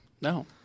No